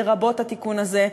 לרבות התיקון הזה,